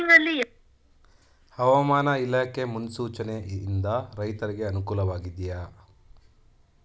ಹವಾಮಾನ ಇಲಾಖೆ ಮುನ್ಸೂಚನೆ ಯಿಂದ ರೈತರಿಗೆ ಅನುಕೂಲ ವಾಗಿದೆಯೇ?